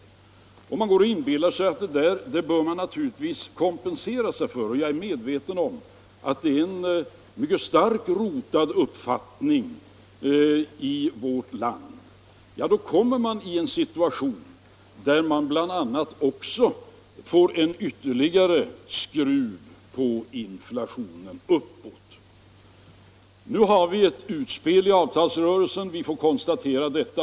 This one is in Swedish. Om man inbillar sig att detta är någonting man bör kompensera sig för — och jag är medveten om att det är en vanlig uppfattning i vårt land — innebär det bl.a. att man sätter ytterligare skruv uppåt på inflationen. Det har gjorts ett utspel i avtalsrörelsen — vi får konstatera detta.